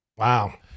Wow